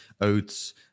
oats